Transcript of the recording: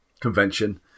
convention